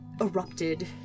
erupted